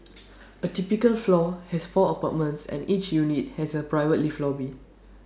A typical floor has four apartments and each unit has A private lift lobby